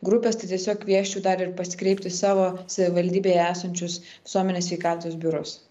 grupės tai tiesiog kviesčiau dar ir pasikreipti į savo savivaldybėje esančius visuomenės sveikatos biurus